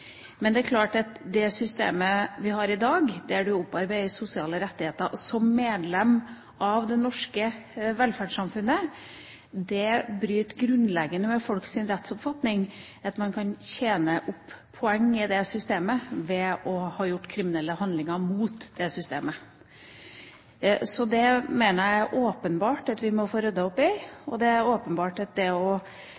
Men det er klart at det systemet vi har i dag, der en opparbeider seg sosiale rettigheter som medlem av det norske velferdssamfunnet, bryter grunnleggende med folks rettsoppfatning, det at man kan tjene opp poeng i systemet ved å ha gjort kriminelle handlinger mot det samme systemet. Så det mener jeg det er åpenbart at vi må få ryddet opp i.